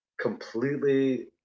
completely